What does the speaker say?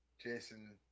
Jason